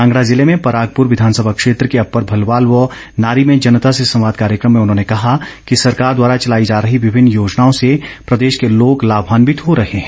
कांगड़ा जिले में परागपुर विधानसभा क्षेत्र के अप्पर भलवाल व नारी में जनता से संवाद कार्यक्रम में उन्होंने कहा कि सरकार द्वारा चलाई जा रही विभिन्न योजनाओं से प्रदेश के लोग लामान्वित हो रहे हैं